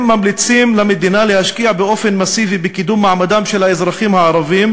ממליצים למדינה להשקיע באופן מסיבי בקידום מעמדם של האזרחים הערבים,